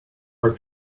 are